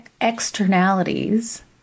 externalities